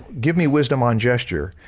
give me wisdom on gesture,